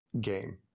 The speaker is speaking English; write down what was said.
game